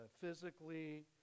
physically